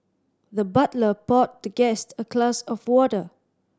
the butler poured the guest a glass of water